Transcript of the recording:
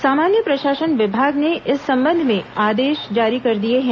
सामान्य प्रशासन विभाग ने इस संबंध में आदेश जारी कर दिए हैं